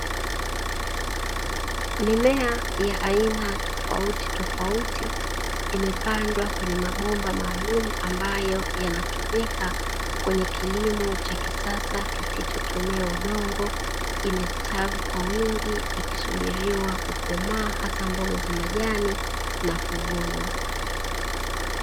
Mimea ya aina tofauti tofauti imepandwa kwenye mabomba maalum ambayo yanatumika kwenye kilimo cha kisasa kisichotumia udongo imestawi kwa wingi ikisubiriwa kukomaa hasa mboga za majani na kuvunwa.